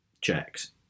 checks